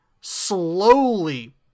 slowly